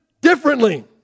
differently